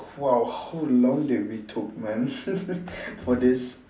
!wow! how long did we took man for this